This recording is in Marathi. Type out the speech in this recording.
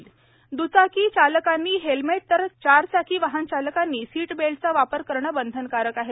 अपघात द्चाकी चालकांनी हेल्मेट तर चारचाकी वाहनचालकांनी सीट बेल्टचा वापर करणे बंधनकारक आहे